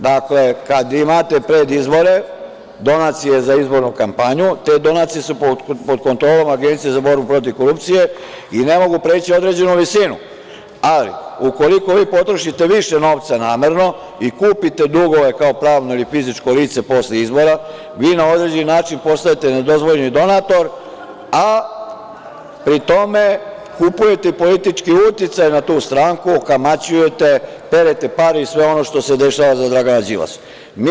Dakle, kada imate predizbore, donacije za izbornu kampanju, te donacije su pod kontrolom Agencije za borbu protiv korupcije i ne mogu preći određenu visinu, ali ukoliko vi potrošite više novca namerno i kupite dugove kao pravno ili fizičko lice posle izbora, vi na određeni način postajete nedozvoljeni donator, a pri tome kupujete politički uticaj na tu stranku, kamaćujete, perete pare i sve ono što se dešava za Dragana Đilasa.